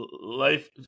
Life